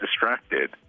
distracted